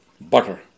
butter